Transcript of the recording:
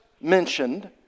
mentioned